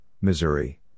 Missouri